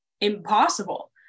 impossible